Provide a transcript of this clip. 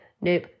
nope